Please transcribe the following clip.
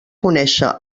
conèixer